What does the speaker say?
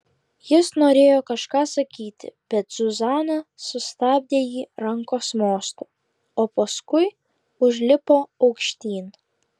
jis norėjo kažką sakyti bet zuzana sustabdė ji rankos mostu o paskui užlipo aukštyn